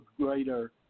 greater